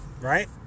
right